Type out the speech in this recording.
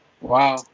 Wow